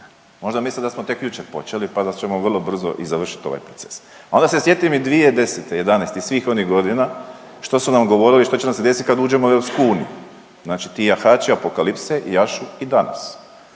možda misle da smo tek jučer počeli pa ćemo vrlo brzo i završiti i ovaj proces. Onda se sjetim i 2010., '11. i svih onih godina što su nam govorili što će nam se desiti kad uđemo u EU, znači ti jahači apokalipse jašu i danas,